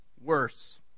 worse